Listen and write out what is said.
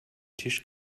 tisch